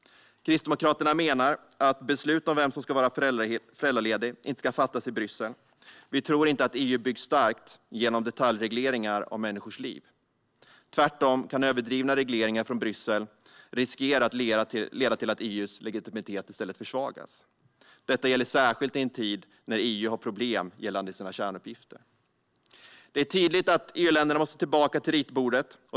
Kristdemokraterna menar att beslut om vem som ska vara föräldraledig inte ska fattas i Bryssel. Vi tror inte att EU byggs starkt genom detaljreglering av människors liv. Tvärtom kan överdrivna regleringar från Bryssel riskera att leda till att EU:s legitimitet i stället försvagas. Detta gäller särskilt i en tid när EU har problem gällande sina kärnuppgifter. Det är tydligt att EU-länderna måste tillbaka till ritbordet.